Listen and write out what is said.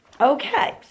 okay